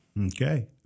Okay